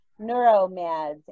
neuromeds